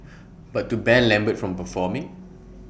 but to ban lambert from performing